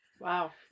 Wow